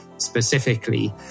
Specifically